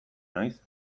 naiz